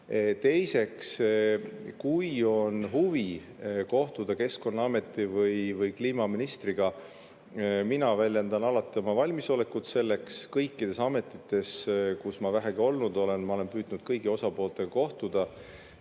Teiseks, kui on huvi kohtuda Keskkonnaameti või kliimaministriga – mina väljendan alati oma valmisolekut selleks. Kõikides ametites, kus ma vähegi olnud olen, ma olen püüdnud kõigi osapooltega kohtuda.